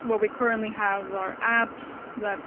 what we currently have, our apps, that